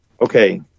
okay